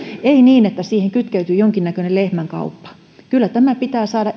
ei niin että siihen kytkeytyy jonkinnäköinen lehmänkauppa kyllä tämä työ pitää täällä saada